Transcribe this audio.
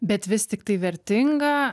bet vis tik tai vertinga